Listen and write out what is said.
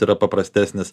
yra paprastesnis